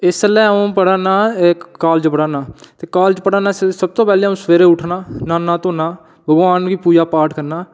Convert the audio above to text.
इसलै अ'ऊं पढा ना कालेज पढा ना ते कालेज पढा ना सब तों पैह्लें अ'ऊं सबेरे उट्ठना न्हान्ना धोन्ना भगोआन गी पूजा पाठ करना